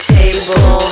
table